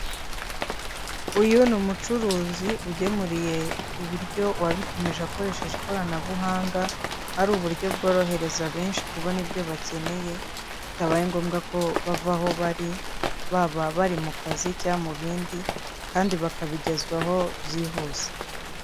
Uyu ni umucuruzi ugemuriye ibiryo uwabitumije akoresheje ikoranabuhanga ari uburyo bworohereza benshi kubona ibyo bakeneye bitabaye ngombwa ko bavaho bari, baba bari mu kazi cyangwa mu bindi kandi bakabigezwaho byihuse.